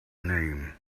name